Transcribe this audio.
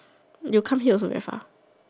you come here also very far